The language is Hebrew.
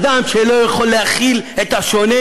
אדם שלא יכול להכיל את השונה,